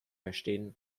verstehen